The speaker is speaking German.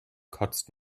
kotzt